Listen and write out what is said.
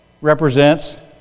represents